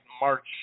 March